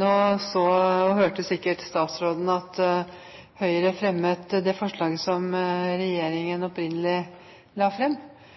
Nå så og hørte sikkert statsråden at Høyre fremmet det forslaget som regjeringen opprinnelig la fram. Hva synes statsråden om at opposisjonen i Stortinget tukler med regjeringens forslag? Det